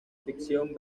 ficción